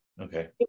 Okay